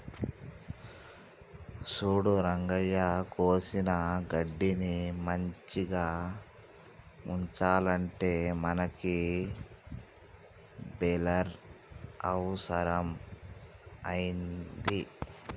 సూడు రంగయ్య కోసిన గడ్డిని మంచిగ ఉంచాలంటే మనకి బెలర్ అవుసరం అయింది